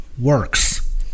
works